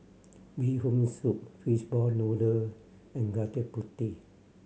Bee Hoon Soup fishball noodle and gudeg puti